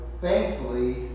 thankfully